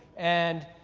and,